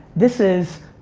this is,